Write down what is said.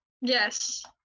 Yes